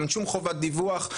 שום חובת דיווח,